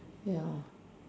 ya